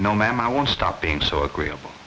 no ma'am i want to stop being so agreeable